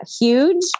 Huge